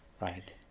Right